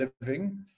living